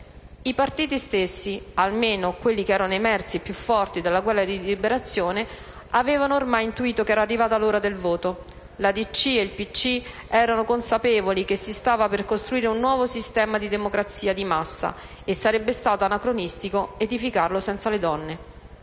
I partiti stessi, almeno quelli che erano emersi più forti dalla Guerra di liberazione, avevano ormai intuito che era arrivata l'ora del voto. La Democrazia Cristiana e il Partito Comunista italiano erano consapevoli che si stava per costruire un nuovo sistema di democrazia di massa e sarebbe stato anacronistico edificarlo senza le donne.